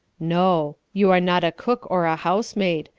no you are not a cook or a housemaid.